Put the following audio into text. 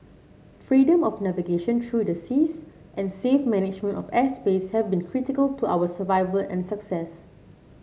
freedom of navigation through the seas and safe management of airspace have been critical to our survival and success